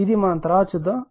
ఇది మనం తరువాత చూద్దాం